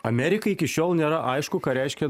amerikai iki šiol nėra aišku reiškia